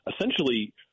essentially